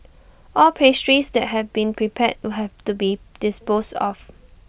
all pastries that have been prepared would have to be disposed of